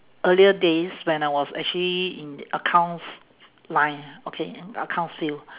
earlier days when I was actually in accounts line okay in accounts field